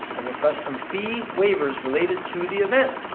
and request some fee waivers related to the event.